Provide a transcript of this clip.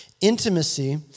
Intimacy